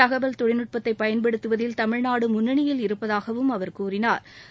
தகவல் தொழில்நுட்பத்தை பயன்படுத்துவதில் தமிழ்நாடு முன்னணியில் இருப்பதாகவும் அவர் கூறினாா்